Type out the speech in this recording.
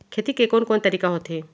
खेती के कोन कोन तरीका होथे?